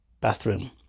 bathroom